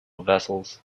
vessels